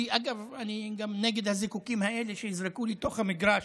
אגב, אני גם נגד הזיקוקים האלה שיזרקו לתוך המגרש